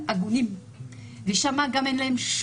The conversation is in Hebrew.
אם לא בעלים,